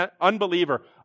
unbeliever